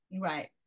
right